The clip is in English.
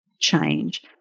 change